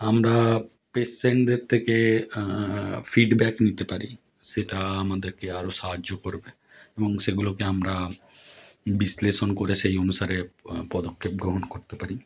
আমরা পেশেন্টদের থেকে ফিডব্যাক নিতে পারি সেটা আমাদেরকে আরও সাহায্য করবে এবং সেগুলোকে আমরা বিশ্লেষণ করে সেই অনুসারে পদক্ষেপ গ্রহণ করতে পারি